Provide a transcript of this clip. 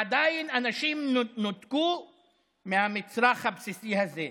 עדיין אנשים נותקו מהמצרך הבסיסי הזה.